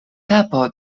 kapo